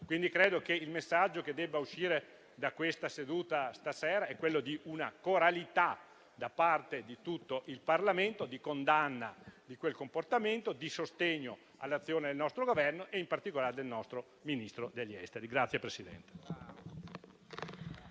Quindi, credo che il messaggio che debba uscire da questa seduta stasera è quello di una coralità, da parte di tutto il Parlamento, di condanna di quel comportamento e di sostegno all'azione del nostro Governo e, in particolare, del nostro Ministro degli affari esteri.